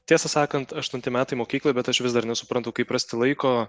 tiesą sakant aštunti metai mokykloj bet aš vis dar nesuprantu kaip rasti laiko